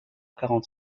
quarante